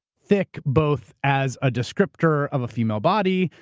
thick both as a descriptor of a female body,